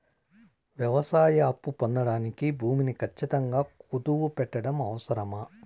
వ్యవసాయ అప్పు పొందడానికి భూమిని ఖచ్చితంగా కుదువు పెట్టడం అవసరమా?